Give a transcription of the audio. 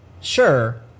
Sure